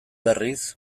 berriz